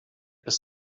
bis